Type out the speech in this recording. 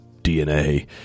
DNA